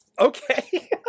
Okay